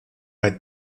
bei